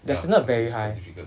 that's not very high